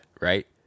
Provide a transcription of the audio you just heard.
right